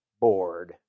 bored